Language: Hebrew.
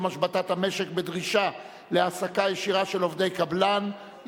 בנושא: השבתת המשק בדרישה להעסקה ישירה של עובדי הקבלן,